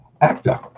actor